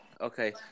okay